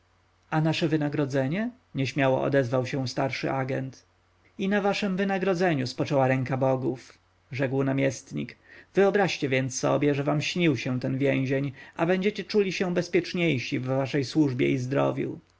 a nasze wynagrodzenie nieśmiało odezwał się starszy ajent i na waszem wynagrodzeniu spoczęła ręka bogów rzekł naczelnik wyobraźcie więc sobie że wam śnił się ten więzień a będziecie czuli się bezpieczniejsi w waszej służbie i zdrowiu